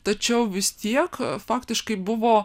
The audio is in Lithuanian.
tačiau vis tiek faktiškai buvo